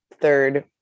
third